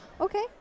Okay